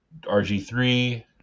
RG3